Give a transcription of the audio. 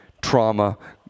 trauma